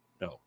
No